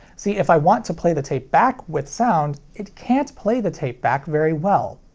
see, if i want to play the tape back with sound, it can't play the tape back very well.